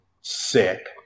sick